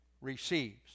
receives